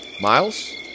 Miles